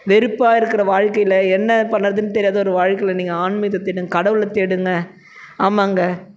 வெறுப்பாக இருக்கிற வாழ்க்கையில் என்ன பண்ணுறதுன்னு தெரியாத ஒரு வாழ்க்கையில் நீங்கள் ஆன்மீகத்தை தேடுங்க கடவுளை தேடுங்க ஆமாங்க